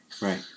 Right